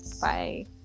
Bye